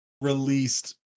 released